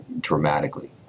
dramatically